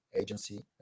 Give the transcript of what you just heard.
agency